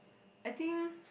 I think